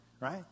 Right